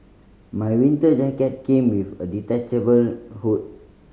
my winter jacket came with a detachable hood